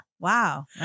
Wow